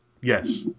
Yes